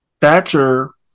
Thatcher